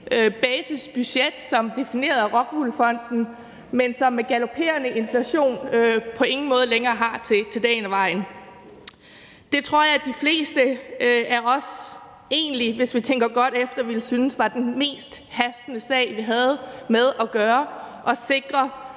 basisbudget som defineret af ROCKWOOL Fonden, og som med en galoperende inflation på ingen måde længere har til dagen og vejen. Det tror jeg at de fleste af os egentlig, hvis vi tænker godt efter, ville synes var den mest hastende sag, vi havde med at gøre,